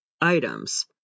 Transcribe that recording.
items